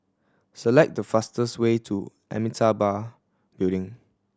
select the fastest way to Amitabha Building